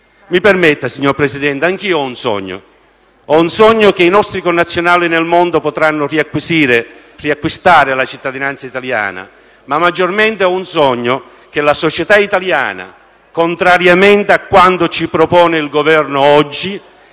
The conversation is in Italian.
Mi permetta, signor Presidente, anch'io ho un sogno; ho il sogno che i nostri connazionali nel mondo potranno riacquistare la cittadinanza italiana, ma ho soprattutto il sogno che la società italiana, contrariamente a quanto ci propone il Governo oggi,